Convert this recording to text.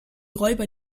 räuber